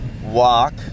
walk